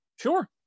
Sure